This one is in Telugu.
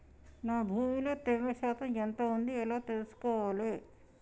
నా భూమి లో తేమ శాతం ఎంత ఉంది ఎలా తెలుసుకోవాలే?